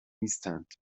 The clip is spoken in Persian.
نیستند